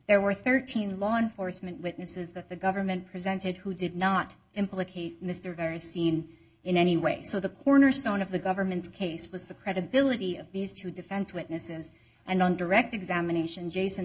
there were thirteen law enforcement witnesses that the government presented who did not implicate mr various seen in any way so the cornerstone of the government's case was the credibility of these two defense witnesses and on direct examination jason